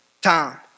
time